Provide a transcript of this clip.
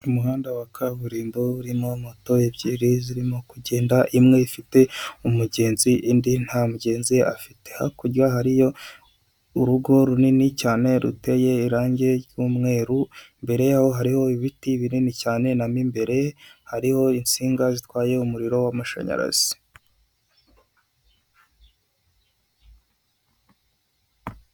Umuhanda wa kaburimbo urimo moto ebyiri zirimo kugenda imwe ifite umugezi indi nta mugenzi afite, hakurya hariyo urugo runini cyane ruteye irangi ry'umweru mbere yaho hariho ibiti binini cyane namo imbere hariho insinga zitwaye umuriro w'amashanyarazi